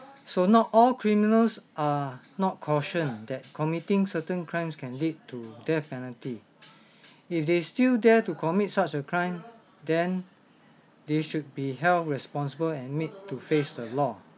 so not all criminals are not cautioned that committing certain crimes can lead to death penalty if they still dare to commit such a crime then they should be held responsible and made to face the law